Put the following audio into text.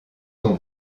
son